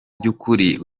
by’ukuri